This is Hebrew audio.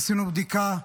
עשינו בדיקה,